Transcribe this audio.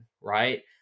right